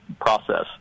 process